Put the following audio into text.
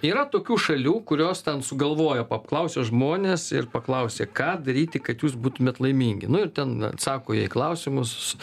yra tokių šalių kurios ten sugalvojo pa apklausė žmones ir paklausė ką daryti kad jūs būtumėt laimingi nu ir ten atsako jie į klausimus